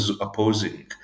opposing